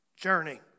journey